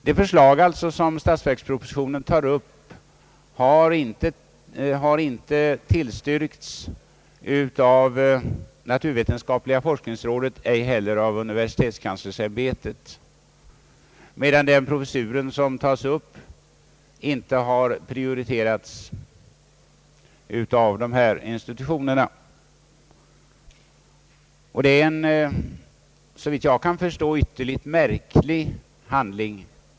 Det förslag som statsverkspropositionen tar upp har inte tillstyrkts av naturvetenskapliga forskningsrådet, och ej heller av universitetskanslersämbetet, medan den professur som inte tas upp har prioriterats av de här institutionerna. Det är såvitt jag kan förstå en ytterligt märklig handling.